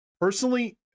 Personally